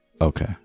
Okay